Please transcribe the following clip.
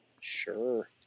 sure